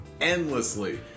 endlessly